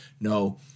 no